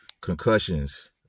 Concussions